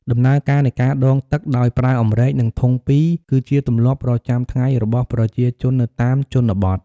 ដំណើរការនៃការដងទឹកដោយប្រើអម្រែក និងធុងពីរ គឺជាទម្លាប់ប្រចាំថ្ងៃរបស់ប្រជាជននៅតាមជនបទ។